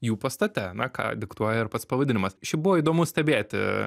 jų pastate na ką diktuoja ir pats pavadinimas šiaip buvo įdomu stebėti